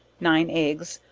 nine eggs,